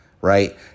right